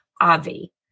Avi